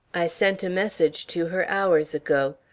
i sent a message to her hours ago.